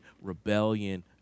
rebellion